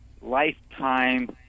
lifetime